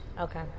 Okay